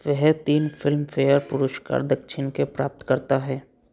वह तीन फिल्मफेयर पुरस्कार दक्षिण के प्राप्तकर्ता हैं